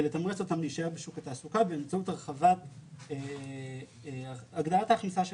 ולתמרץ אותן להישאר בשוק התעסוקה באמצעות הגדלת ההכנסה שלהם.